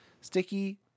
Sticky